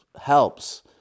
helps